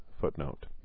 Footnote